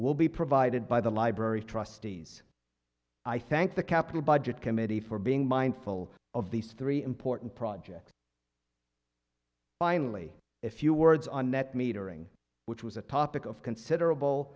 will be provided by the library trustees i thank the capital budget committee for being mindful of these three important projects finally a few words on net metering which was a topic of considerable